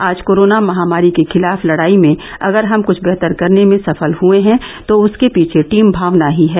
आज कोरोना महामारी के खिलाफ लडाई में अगर हम कुछ बेहतर करने में सफल हये हैं तो उसके पीछे टीम भावना ही है